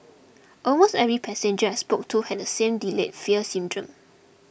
almost every passenger I spoke to had the same delayed fear syndrome